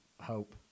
hope